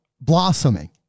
blossoming